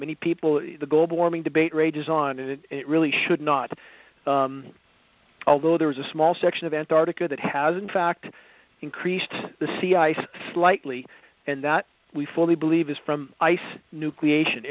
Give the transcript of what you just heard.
many people the global warming debate rages on and it really should not although there is a small section of antartica that has in fact increased the sea ice slightly and that we fully believe is from ice nucleation